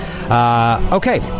Okay